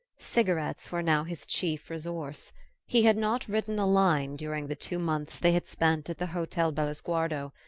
cigarettes were now his chief resource he had not written a line during the two months they had spent at the hotel bellosguardo.